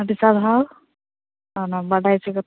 ᱟ ᱰᱤ ᱥᱟᱨᱦᱟᱣ ᱚᱱᱟ ᱵᱟᱰᱟᱭ ᱦᱚᱪᱚ ᱠᱟᱛᱮᱫ